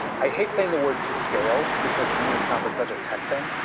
i hate saying the word to scale because to me it sounds like such a tech thing.